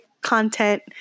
content